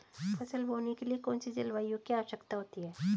फसल बोने के लिए कौन सी जलवायु की आवश्यकता होती है?